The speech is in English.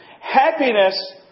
Happiness